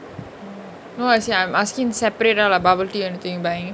no as in I'm asking separate like bubble tea anything you buying